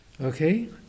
okay